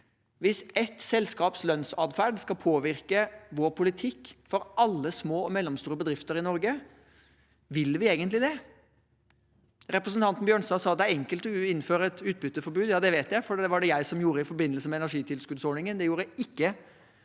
hvis ett selskaps lønnsatferd skal påvirke vår politikk for alle små og mellomstore bedrifter i Norge – vil vi egentlig det? Representanten Bjørnstad sa det er enkelt å innføre et utbytteforbud. Det vet jeg, for det var det jeg som gjorde i forbindelse med energitilskuddsordningen. Det gjorde ikke